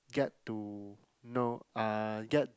get to know uh get